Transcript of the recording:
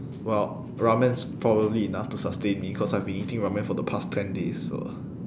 well ramen's probably enough to sustain me cause I've been eating ramen for the past ten days so